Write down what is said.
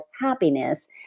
happiness